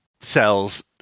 cells